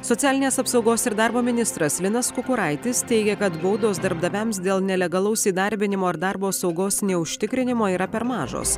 socialinės apsaugos ir darbo ministras linas kukuraitis teigia kad baudos darbdaviams dėl nelegalaus įdarbinimo ar darbo saugos neužtikrinimo yra per mažos